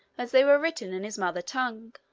as they were written in his mother tongue.